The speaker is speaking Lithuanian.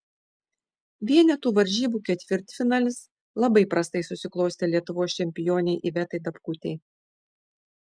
vienetų varžybų ketvirtfinalis labai prastai susiklostė lietuvos čempionei ivetai dapkutei